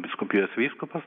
vyskupijos vyskupas